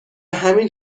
همین